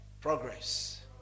Progress